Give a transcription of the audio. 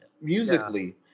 musically